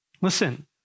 Listen